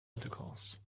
intercourse